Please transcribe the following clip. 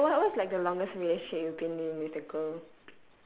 okay what what's like the longest relationship you've been in with a girl